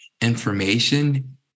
information